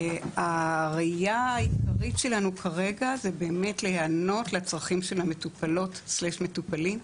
הראייה העיקרית שלנו כרגע היא להיענות לצרכים של המטופלות והמטופלים,